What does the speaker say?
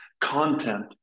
content